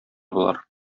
болар